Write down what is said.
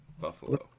Buffalo